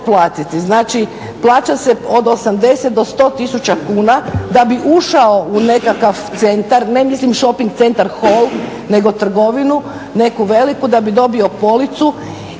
Znači plaća se od 80 do 10000 kuna, da bi ušao u nekakav centar. Ne mislim shoping centar, hol nego trgovinu neku veliku da bi dobio policu